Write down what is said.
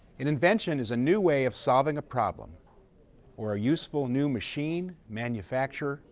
an invention is a new way of solving a problem or a useful new machine, manufacture,